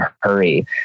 hurry